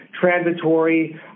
transitory